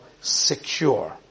secure